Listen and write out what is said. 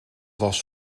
was